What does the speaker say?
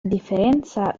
differenza